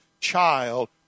child